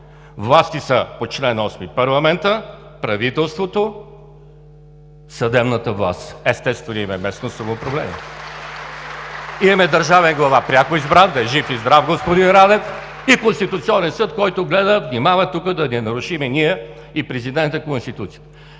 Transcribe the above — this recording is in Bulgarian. Власти са по чл. 8 парламентът, правителството, съдебната власт, естествено, имаме местно самоуправление. (Ръкопляскания от ГЕРБ.) Имаме държавен глава – пряко избран, да е жив и здрав господин Радев! И Конституционен съд, който гледа, внимава тук да не нарушим – ние и президентът, Конституцията.